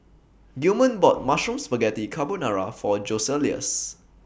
Gilman bought Mushroom Spaghetti Carbonara For Joseluis